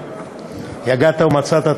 יגעת ומצאת,